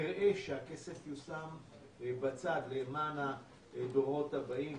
תראה שהכסף יושם בצד למען הדורות הבאים,